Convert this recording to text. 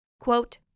quote